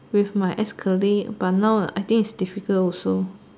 with my ex colleagues but now I think is difficult also